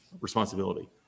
responsibility